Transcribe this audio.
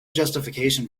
justification